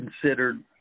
considered